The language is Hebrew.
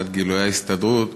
לצד גילויי ההזדהות,